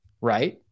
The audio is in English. right